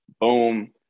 boom